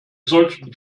solchen